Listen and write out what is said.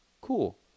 cool